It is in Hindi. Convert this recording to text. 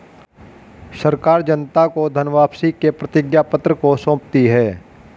सरकार जनता को धन वापसी के प्रतिज्ञापत्र को सौंपती है